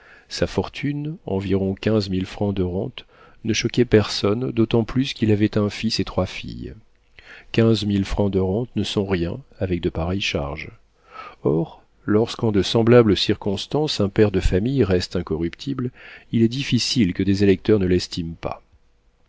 sa fortune d'environ quinze mille francs de rente ne choquait personne d'autant plus qu'il avait un fils et trois filles quinze mille francs de rente ne sont rien avec de pareilles charges or lorsqu'en de semblables circonstances un père de famille reste incorruptible il est difficile que des électeurs ne l'estiment pas